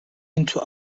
into